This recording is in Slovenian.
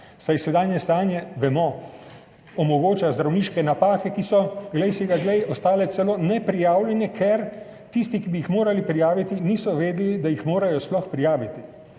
saj sedanje stanje, vemo, omogoča zdravniške napake, ki so, glej si ga glej, ostale celo neprijavljene, ker tisti, ki bi jih morali prijaviti, niso vedeli, da jih sploh morajo prijaviti.